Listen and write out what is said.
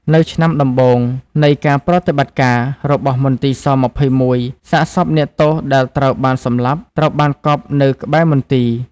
នៅឆ្នាំដំបូងនៃការប្រតិបត្តិការរបស់មន្ទីរ ស-២១ សាកសពអ្នកទោសដែលត្រូវបានសម្លាប់ ត្រូវបានកប់នៅក្បែរមន្ទីរ ។